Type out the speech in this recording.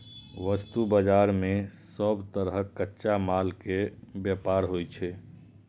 वस्तु बाजार मे सब तरहक कच्चा माल के व्यापार होइ छै